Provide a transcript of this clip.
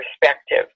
perspective